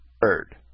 bird